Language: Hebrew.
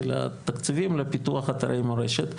של תקציבים לפיתוח אתרי מורשת.